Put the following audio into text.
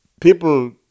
people